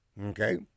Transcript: Okay